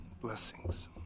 Blessings